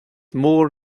mór